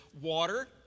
Water